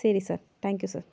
சரி sir thank you sir